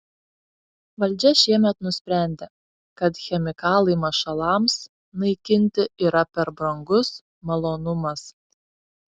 valdžia šiemet nusprendė kad chemikalai mašalams naikinti yra per brangus malonumas